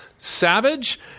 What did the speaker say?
Savage